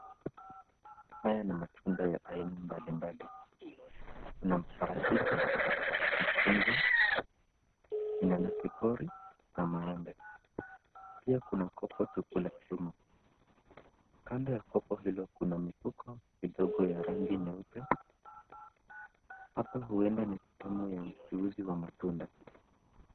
Haya ni matunda ya aina mbali mbali, kuna maparachichi, machungwa, vinanasi pori, na maembe. Pia kuna kopo tupu la chuma. Kando ya kopo hilo kuna mifuko vidogo ya rangi nyeupe. Hapa huenda ni nyumu ya mchuuzi wa matunda.